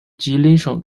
吉林省